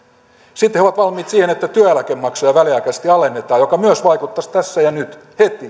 sitten he ovat valmiit siihen että työeläkemaksuja väliaikaisesti alennetaan mikä myös vaikuttaisi tässä ja nyt